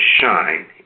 shine